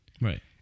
right